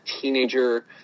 teenager